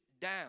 down